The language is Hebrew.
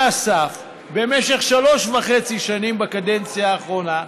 הסף במשך שלוש וחצי שנים בקדנציה האחרונה,